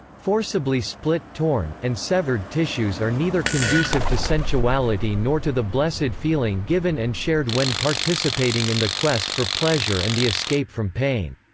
forcibly split, torn, and severed tissues are neither conducive to sensuality nor to the blessed feeling given and shared when participating in the quest for pleasure and the escape from pain.